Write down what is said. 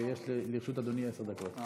יש לרשות אדוני עשר דקות.